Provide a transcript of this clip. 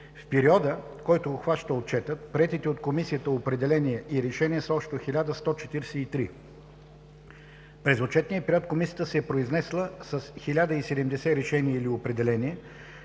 В периода, който обхваща Отчетът, приетите от Комисията определения и решения са общо 1143. През отчетния период, Комисията се е произнесла с 1070 решения или определения,